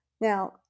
Now